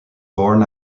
born